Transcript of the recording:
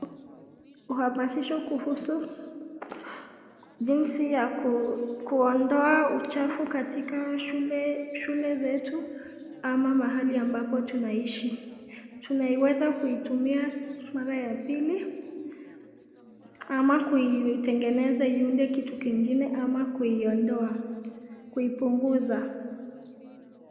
Uhamasisho wa jinsi ya kuondoa uchafu katika shule zetu ama mahali ambapo tunaishi. Tunaweza kuitumia mara ya pili ama kuitengeneza iuende kitu kingine ama kuiondoa kuipuguza.